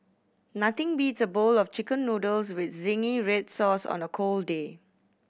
nothing beats a bowl of Chicken Noodles with zingy red sauce on a cold day